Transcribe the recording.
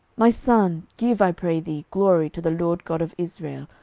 my son, give, i pray thee, glory to the lord god of israel,